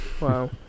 Wow